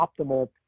optimal